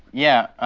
yeah,